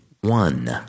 one